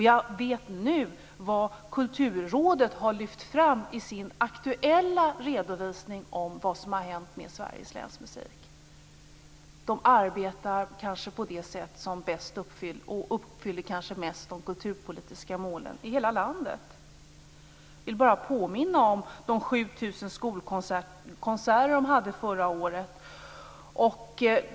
Jag vet nu vad Kulturrådet har lyft fram i sin aktuella redovisning om vad som har hänt med Sveriges länsmusik. Länsmusiken är kanske den som bäst uppfyller de kulturpolitiska målen i hela landet. Jag vill bara påminna om de 7 000 skolkonserter man hade förra året.